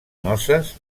noces